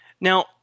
Now